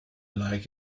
like